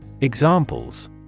Examples